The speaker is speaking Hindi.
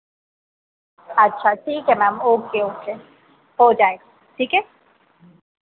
अच्छा ठीक है मैम ओके ओके हो जाएगा ठीक है